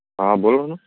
હા બોલો ને